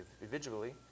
individually